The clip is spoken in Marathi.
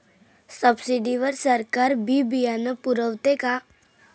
सब्सिडी वर सरकार बी बियानं पुरवते का?